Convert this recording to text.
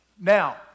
Now